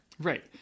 Right